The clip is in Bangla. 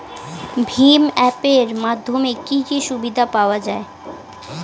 ভিম অ্যাপ এর মাধ্যমে কি কি সুবিধা পাওয়া যায়?